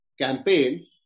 campaign